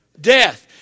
Death